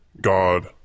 God